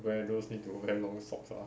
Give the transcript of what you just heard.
wear those need to wear long socks lah